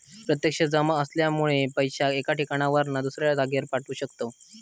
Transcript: प्रत्यक्ष जमा असल्यामुळे पैशाक एका ठिकाणावरना दुसऱ्या जागेर पाठवू शकताव